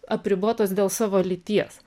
apribotos dėl savo lyties